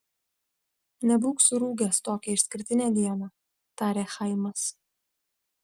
nebūk surūgęs tokią išskirtinę dieną tarė chaimas